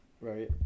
right